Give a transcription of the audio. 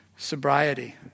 Sobriety